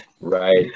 right